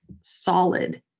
solid